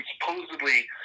supposedly